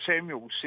Samuel